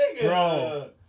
Bro